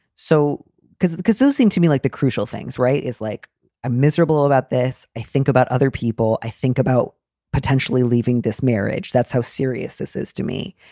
so because because those seem to me like the crucial things, right, is like a miserable about this, i think about other people, i think about potentially leaving this marriage. that's how serious this is to me.